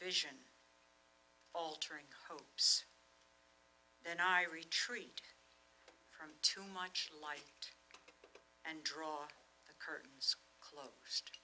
vision altering hopes that i retreat from too much light and draw the curtains closed